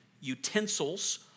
utensils